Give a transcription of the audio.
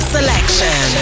Selection